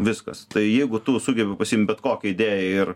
viskas tai jeigu tu sugebi pasiimt bet kokią idėją ir